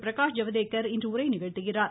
பிரகாஷ் ஜவ்டேகர் இன்று உரை நிகழ்த்துகிறார்